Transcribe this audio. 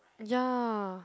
ya